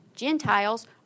Gentiles